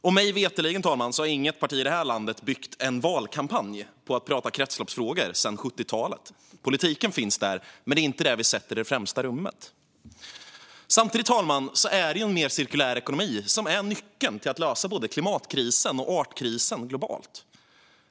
Och mig veterligen, fru talman, har inget parti i det här landet byggt en valkampanj på kretsloppsfrågor sedan 70-talet. Politiken finns där, men det är inte den vi sätter i främsta rummet. Samtidigt är det en mer cirkulär ekonomi som är nyckeln till att klara både klimatkrisen och artkrisen globalt.